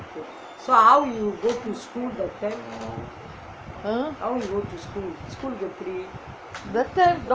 ah that time